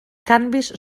canvis